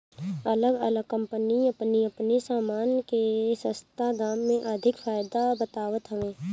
अलग अलग कम्पनी अपनी अपनी सामान के सस्ता दाम में अधिका फायदा बतावत हवे